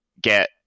get